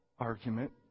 argument